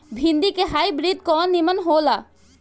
भिन्डी के हाइब्रिड कवन नीमन हो ला?